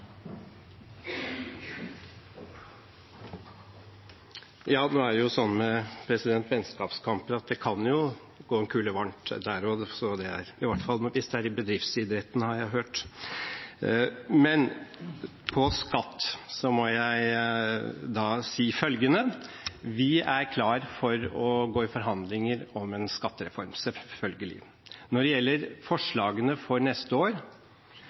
er jo sånn med vennskapskamper at det jo kan gå en kule varmt der også, i hvert fall hvis det er i bedriftsidretten, har jeg hørt. Om skatt må jeg si følgende: Vi er klar for å gå i forhandlinger om en skattereform, selvfølgelig. Når det gjelder forslagene for neste år,